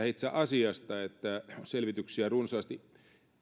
itse asiasta siitä että selvityksiä on runsaasti